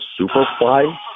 Superfly